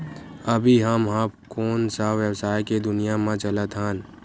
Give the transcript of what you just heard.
अभी हम ह कोन सा व्यवसाय के दुनिया म चलत हन?